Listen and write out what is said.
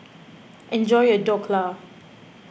enjoy your Dhokla